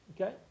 Okay